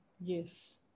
Yes